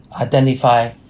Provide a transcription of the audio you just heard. identify